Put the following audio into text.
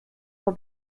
vor